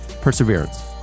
perseverance